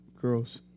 girls